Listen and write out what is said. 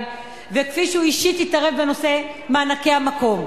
וכפי שהוא אישית התערב בנושא מענקי המקום,